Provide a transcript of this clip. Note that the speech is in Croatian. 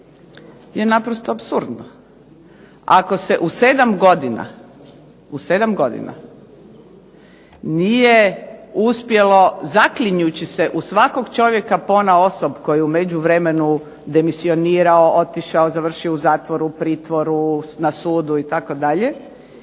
je naprosto apsurdno, ako se u sedam godina, u sedam godina nije uspjelo zaklinjući se u svakog čovjeka ponaosob koji je u međuvremenu demisionirao, otišao, završio u zatvoru, pritvoru, na sudu itd.